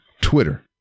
Twitter